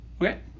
Okay